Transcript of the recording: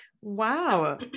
wow